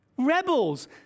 rebels